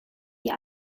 die